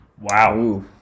Wow